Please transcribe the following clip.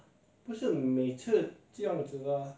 I feel so sweaty